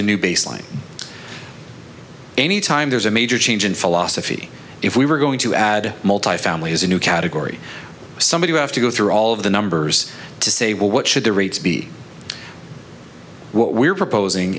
a new baseline any time there's a major change in philosophy if we were going to add multifamily as a new category somebody have to go through all of the numbers to say well what should the rates be what we're proposing